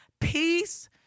peace